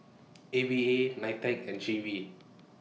A V A NITEC and G V